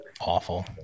awful